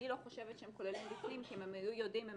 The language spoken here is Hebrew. אני לא חושבת שהם כוללים בפנים כי הם היו יודעים הם